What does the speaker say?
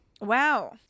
wow